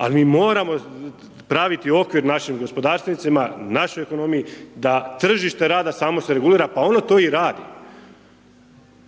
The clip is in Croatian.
Al mi moramo praviti okvir našim gospodarstvenicima, našoj ekonomiji da tržište rada samo se regulira, pa on to i radi.